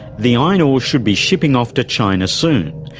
the iron ore should be shipping off to china soon,